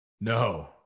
No